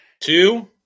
Two